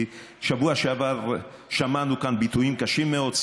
בשבוע שעבר שמענו כאן ביטויים קשים מאוד,